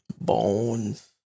Bones